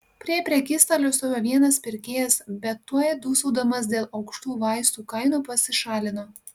prie prekystalio stovėjo vienas pirkėjas bet tuoj dūsaudamas dėl aukštų vaistų kainų pasišalino